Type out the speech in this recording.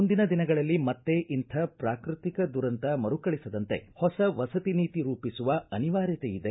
ಮುಂದಿನ ದಿನಗಳಲ್ಲಿ ಮತ್ತೆ ಇಂಥ ಪ್ರಾಕೃತಿಕ ದುರಂತ ಮರುಕಳಿಸದಂತೆ ಹೊಸ ವಸತಿ ನೀತಿ ರೂಪಿಸುವ ಅನಿವಾರ್ಯತೆ ಇದೆ